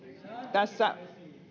tässä